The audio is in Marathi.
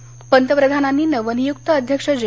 यावेळी पंतप्रधानांनी नवनियुक्त अध्यक्ष जे